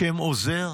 השם עוזר